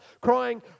crying